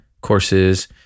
courses